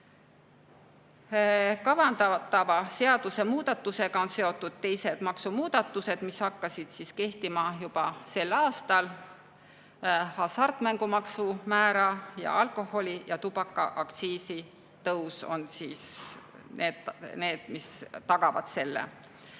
Kavandatava seadusemuudatusega on seotud teised maksumuudatused, mis hakkasid kehtima sellel aastal. Hasartmängumaksu määrade ning alkoholi- ja tubakaaktsiisi tõus on need, mis selle